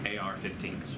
AR-15s